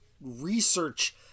research